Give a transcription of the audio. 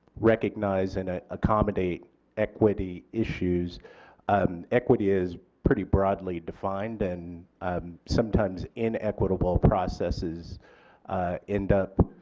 recognize and ah accommodate equity issues um equity is pretty broadly defined and sometimes in equitable processes end of